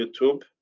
YouTube